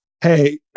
hey